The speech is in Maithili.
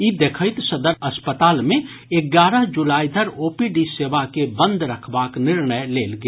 ई देखैत सदर अस्पताल मे एगारह जुलाई धरि ओपीडी सेवा के बंद रखबाक निर्णय लेल गेल